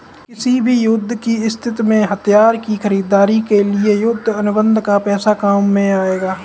किसी भी युद्ध की स्थिति में हथियार की खरीदारी के लिए युद्ध अनुबंध का पैसा काम आएगा